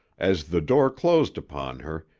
as the door closed upon her,